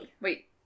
Wait